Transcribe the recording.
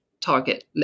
target